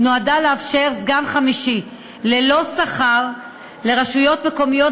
נועדה לאפשר סגן חמישי ללא שכר לרשויות מקומיות